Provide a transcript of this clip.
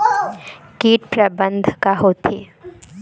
कीट प्रबंधन का होथे?